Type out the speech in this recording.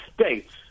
states